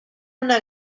una